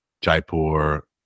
Jaipur